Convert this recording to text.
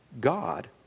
God